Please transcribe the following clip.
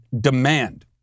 demand